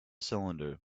cylinder